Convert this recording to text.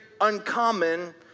uncommon